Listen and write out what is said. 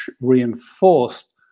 reinforced